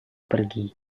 pergi